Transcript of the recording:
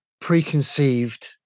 preconceived